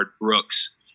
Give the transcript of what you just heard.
Brooks